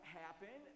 happen